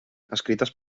escrites